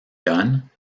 gunn